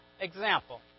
Example